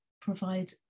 provide